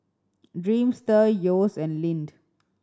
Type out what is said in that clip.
Dreamster Yeo's and Lindt